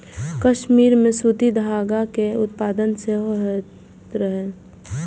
कश्मीर मे सूती धागा के उत्पादन सेहो होइत रहै